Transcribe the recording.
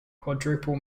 quadruple